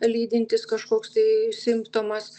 lydintys kažkoks tai simptomas